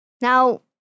Now